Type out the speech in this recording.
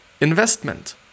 investment